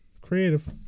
Creative